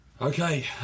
Okay